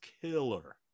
killer